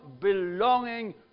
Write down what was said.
belonging